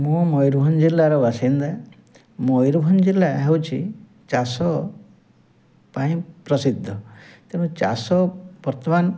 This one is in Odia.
ମୁଁ ମୟୂରଭଞ୍ଜ ଜିଲ୍ଲାର ବାସିନ୍ଦା ମୟୂରଭଞ୍ଜ ଜିଲ୍ଲା ହେଉଛି ଚାଷ ପାଇଁ ପ୍ରସିଦ୍ଧ ତେଣୁ ଚାଷ ବର୍ତ୍ତମାନ